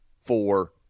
four